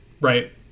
right